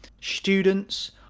students